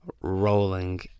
rolling